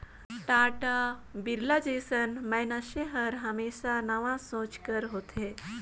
टाटा, बिरला जइसन मइनसे हर हमेसा नावा सोंच कर होथे